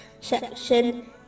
section